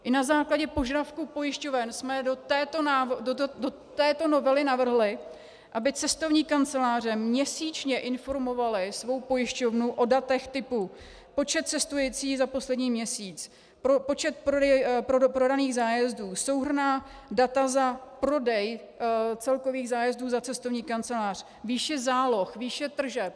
I na základě požadavků pojišťoven jsme do této novely navrhli, aby cestovní kanceláře měsíčně informovaly svou pojišťovnu o datech typu počet cestujících za poslední měsíc, počet prodaných zájezdů, souhrnná data za prodej celkových zájezdů za cestovní kancelář, výše, záloh, výše tržeb.